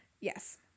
Yes